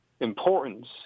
importance